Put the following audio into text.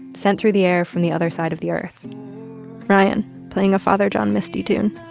sent through the air from the other side of the earth ryan playing a father john misty tune.